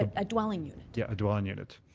ah a dwelling unit. yeah, a dwelling unit.